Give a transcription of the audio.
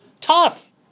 Tough